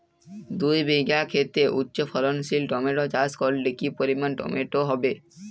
দুই বিঘা খেতে উচ্চফলনশীল টমেটো চাষ করলে কি পরিমাণ টমেটো হবে?